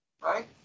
right